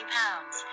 pounds